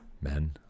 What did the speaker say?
men